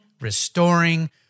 restoring